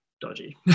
dodgy